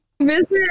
visit